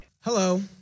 Hello